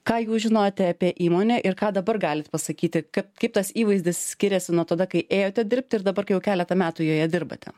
ką jūs žinote apie įmonę ir ką dabar galite pasakyti kad kaip tas įvaizdis skiriasi nuo tada kai ėjote dirbti ir dabar jau keletą metų joje dirbate